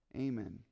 Amen